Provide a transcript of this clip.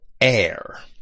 air